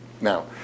Now